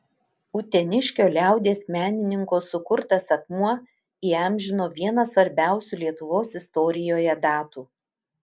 uteniškio liaudies menininko sukurtas akmuo įamžino vieną svarbiausių lietuvos istorijoje datų